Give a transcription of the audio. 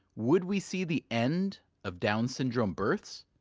would we see the end of down syndrome births?